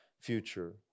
future